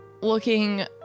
looking